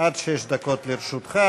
עד שש דקות לרשותך,